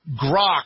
grok